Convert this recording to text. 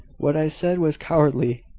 what i said was cowardly.